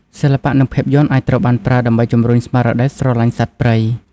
សិល្បៈ និងភាពយន្តអាចត្រូវបានប្រើដើម្បីជម្រុញស្មារតីស្រឡាញ់សត្វព្រៃ។